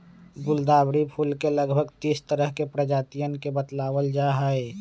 गुलदावरी फूल के लगभग तीस तरह के प्रजातियन के बतलावल जाहई